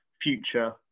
future